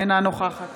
אינה נוכחת